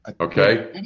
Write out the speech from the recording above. Okay